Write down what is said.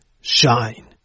Shine